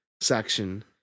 section